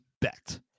bet